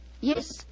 yes